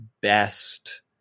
best